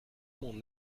mon